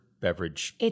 beverage